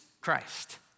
Christ